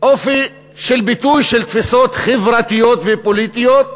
אופי של ביטוי של תפיסות חברתיות ופוליטיות,